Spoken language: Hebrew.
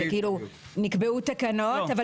נקבעו תקנות,